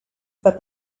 but